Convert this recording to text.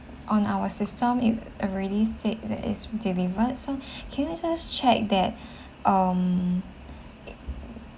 on our system it already said that it's delivered so can I just check that um